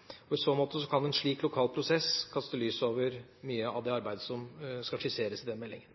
og lensmannsetaten. I så måte kan en slik lokal prosess kaste lys over mye av det arbeidet som skal skisseres i den meldingen.